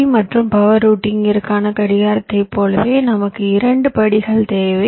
D மற்றும் power ரூட்டிங்கிற்கான கடிகாரத்தைப் போலவே நமக்கு இரண்டு படிகள் தேவை